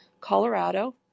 Colorado